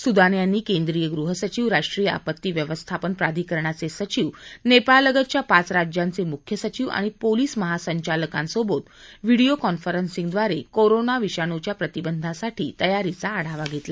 सुदान यांनी केंद्रीय गृह सचिव राष्ट्रीय आपत्ती व्यवस्थापन प्राधिकरणाचे सचिव नेपाळलगतच्या पाच राज्यांचे मुख्य सचिव आणि पोलीस महासंचालकांसोबत व्हिडिओ कॉन्फेरॅसिंगद्वारे कोरोना विषाणूच्या प्रतिबंधासाठीच्या तयारीचा आढावा घेतला